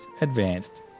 advanced